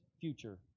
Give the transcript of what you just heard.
future